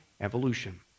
Evolution